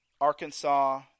Arkansas